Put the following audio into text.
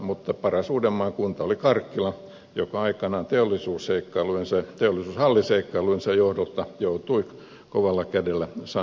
mutta paras uudenmaan kunta oli karkkila joka aikanaan teollisuushalliseikkailujensa johdosta joutui kovalla kädellä saneeratuksi